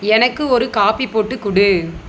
எனக்கு ஒரு காபி போட்டுக் கொடு